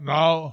now